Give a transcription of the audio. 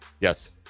Yes